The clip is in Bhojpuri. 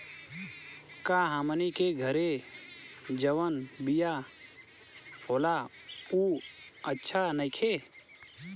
का हमनी के घरे जवन बिया होला उ अच्छा नईखे?